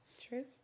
True